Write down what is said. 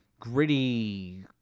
Gritty